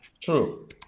true